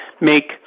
make